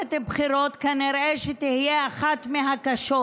מערכת בחירות שכנראה תהיה אחת מהקשות,